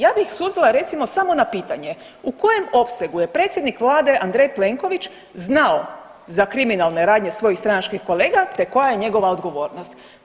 Ja bih suzila recimo samo na pitanje, u kojem opsegu je predsjednik Vlade Andrej Plenković znao za kriminalne radnje svojih stranačkih kolega te koja je njegova odgovornost?